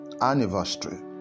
anniversary